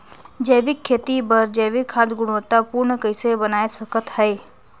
जैविक खेती बर जैविक खाद गुणवत्ता पूर्ण कइसे बनाय सकत हैं?